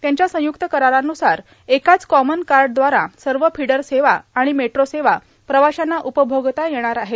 यांच्या संयुक्त करारानुसार एकाच कॉमन कार्ड द्वारा सर्व फिडर सेवा आणि मेट्रो सेवा प्रवाश्यांना उपभोगता येणार आहे